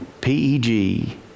P-E-G